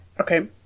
Okay